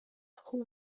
home